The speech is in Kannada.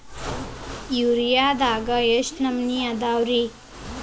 ಯೂರಿಯಾದಾಗ ಎಷ್ಟ ನಮೂನಿ ಅದಾವ್ರೇ?